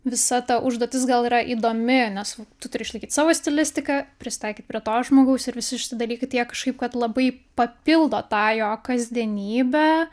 visa ta užduotis gal yra įdomi nes v tu turi išlaikyt savo stilistiką prisitaikyt prie to žmogaus ir visi šiti dalykai tai jie kažkaip kad labai papildo tą jo kasdienybę